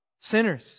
Sinners